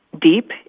deep